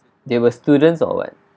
they were students or what